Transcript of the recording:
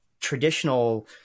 traditional